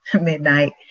midnight